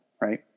right